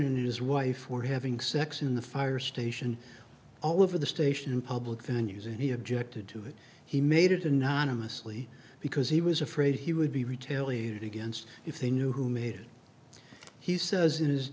and his wife were having sex in the fire station all over the station in public venues and he objected to it he made it anonymously because he was afraid he would be retail unit against if they knew who made he says it is